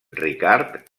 ricard